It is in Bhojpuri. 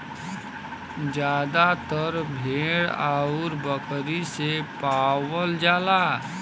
जादातर भेड़ आउर बकरी से पावल जाला